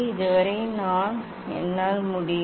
இது வரை என்னால் முடியும்